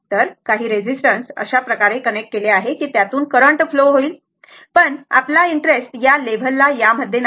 तर काही रेजिस्टन्स अशाप्रकारे कनेक्ट केले आहेत की त्यातून करंट फ्लो होईल बरोबर पण आपला इंटरेस्ट या लेव्हल ला यामध्ये नाही